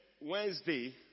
Wednesday